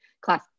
class